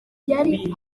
yari